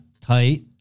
tight